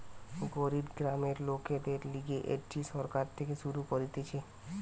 গরিব গ্রামের লোকদের লিগে এটি সরকার থেকে শুরু করতিছে